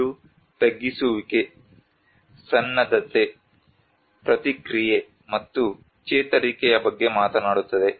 ಇದು ತಗ್ಗಿಸುವಿಕೆ ಸನ್ನದ್ಧತೆ ಪ್ರತಿಕ್ರಿಯೆ ಮತ್ತು ಚೇತರಿಕೆಯ ಬಗ್ಗೆ ಮಾತನಾಡುತ್ತದೆ